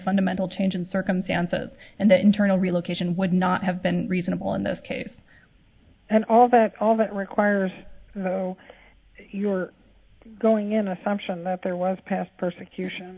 fundamental change in circumstances and the internal relocation would not have been reasonable in this case and all the all that requires so you're going in assumption that there was past persecution